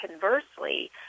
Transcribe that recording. conversely